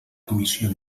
comissió